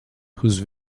whose